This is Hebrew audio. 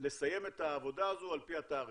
לסיים את העבודה הזו על פי התאריך,